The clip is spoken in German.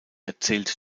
erzählt